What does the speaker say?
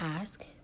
ask